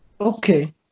Okay